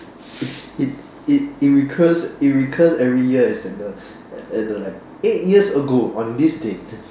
it's it's it it recurs it recurs every year at the at the like eight years ago on this day